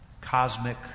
cosmic